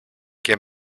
και